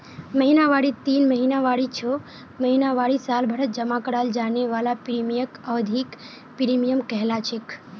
महिनावारी तीन महीनावारी छो महीनावारी सालभरत जमा कराल जाने वाला प्रीमियमक अवधिख प्रीमियम कहलाछेक